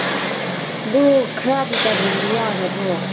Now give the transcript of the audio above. ꯑꯣ ꯑꯗꯨ ꯈꯔꯗꯤ ꯇꯥꯕꯤꯕ ꯌꯥꯒꯗ꯭ꯔꯣ